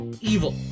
Evil